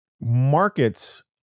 markets